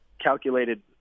calculated